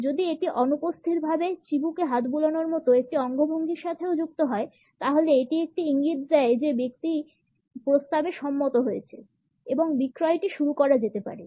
যদি এটি অনুপস্থিতভাবে চিবুকে হাত বুলানোর মতো একটি অঙ্গভঙ্গির সাথেও যুক্ত হয় তাহলে এটি একটি ইঙ্গিত যে ব্যক্তিটি প্রস্তাবে সম্মত হয়েছে এবং বিক্রয়টি শুরু করা যেতে পারে